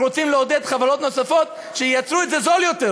אנחנו רוצים לעודד חברות נוספות שייצרו את זה זול יותר,